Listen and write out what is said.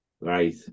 Right